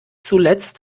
zuletzt